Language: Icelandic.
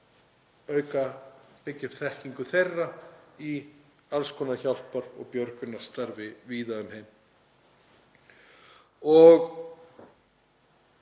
að byggja upp þekkingu þeirra í alls konar hjálpar- og björgunarstarfi víða um heim. Og